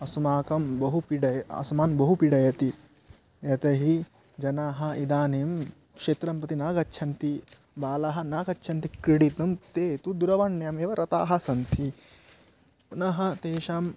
अस्माकं बहु पीडाय अस्मान् बहु पीडयति यतः हि जनाः इदानीं क्षेत्रं प्रति न गच्छन्ति बालाः न गच्छन्ति क्रीडितुं ते तु दूरवाण्याम् एव रताः सन्ति पुनः तेषां